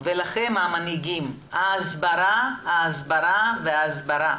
ולכם המנהיגים, הסברה הסברה והסברה.